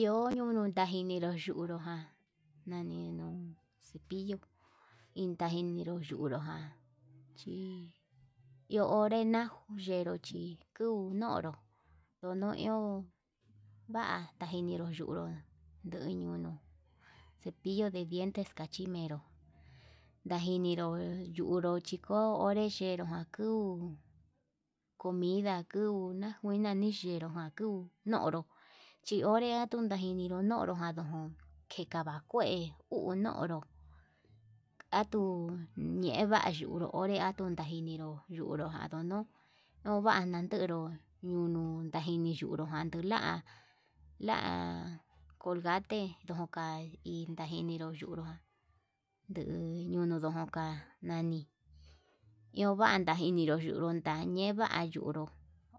Iho ñunuu tajinero yunru ján naninró cepillo iin tajiniru xhunru jan chí iho onre najuyenró, chi kuu nonró ndono iho va'a ndajininro yunró nduu ñunuu, cepillos de dientes cachí menró ndajinero yunuu chiko onré yenru ján kuu, comida kuu nakuena ninyenro ján kuu nonro chi onre natundai iniro ndonajun kii kava kue unonro atuu yeva'a yunguu onré atuu najinero nduru jano, nova'a nandenró unu najini yunru ján janduu la'a la'a colgate ndoja hí ndajininru yunru ján yuu ndunu noka'a nani iho va'a ndajinero yununda ñeva'a yunru